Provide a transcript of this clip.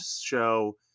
show